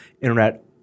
internet